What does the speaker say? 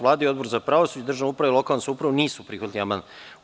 Vlada i Odbor za pravosuđe, državnu upravu i lokalnu samoupravu nisu prihvatili amandman.